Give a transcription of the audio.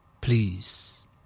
please